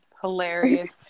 hilarious